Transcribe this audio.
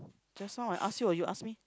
just now I ask you or you ask me